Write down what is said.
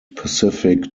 pacific